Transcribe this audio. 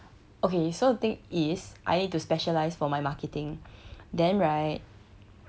okay so thing is I need to specialised for my marketing then right